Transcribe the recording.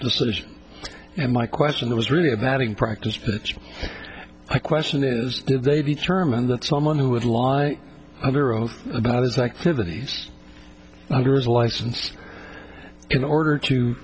decision and my question was really a batting practice but i question is did they be determined that someone who would lie under oath about his activities as a licensed in order to